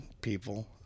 people